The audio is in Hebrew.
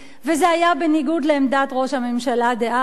וזה היה בניגוד לעמדת ראש הממשלה דאז.